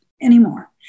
anymore